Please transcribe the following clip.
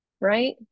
right